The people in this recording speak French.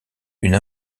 une